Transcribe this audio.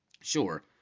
Sure